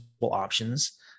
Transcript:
options